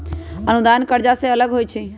अनुदान कर्जा से अलग होइ छै